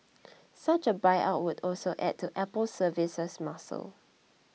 such a buyout would also add to Apple's services muscle